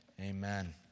Amen